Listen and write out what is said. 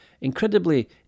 incredibly